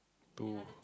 two